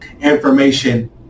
Information